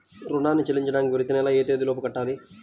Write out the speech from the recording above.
రుణాన్ని చెల్లించడానికి ప్రతి నెల ఏ తేదీ లోపు కట్టాలి?